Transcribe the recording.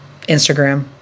Instagram